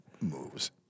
moves